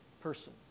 person